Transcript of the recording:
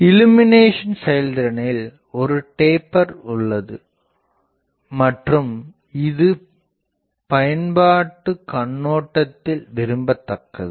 illumination செயல்திறனில் ஒரு taper உள்ளது மற்றும் இது பயன்பாட்டுக்கண்ணோட்டத்தில் விரும்பத்தக்கது